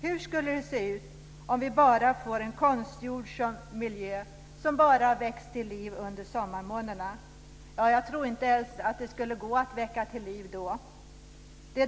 Hur skulle det se ut om vi får en konstgjord miljö som bara väcks till liv under sommarmånaderna? Jag tror inte ens att det skulle gå att väcka den till liv då.